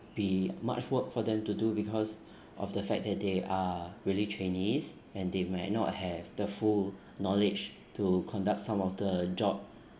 be much work for them to do because of the fact that they are really trainees and they might not have the full knowledge to conduct some of the job